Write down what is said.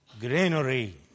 granary